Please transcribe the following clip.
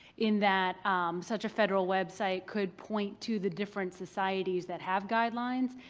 in that such a federal website could point to the difference societies that have guidelines,